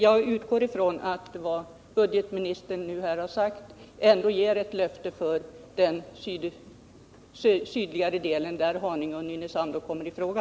Jag utgår från att vad budgetoch ekonomiministern här har sagt ändå ger ett löfte för den sydligare delen av Storstockholm och att Haninge och Nynäshamn med tiden kommer i fråga.